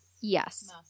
Yes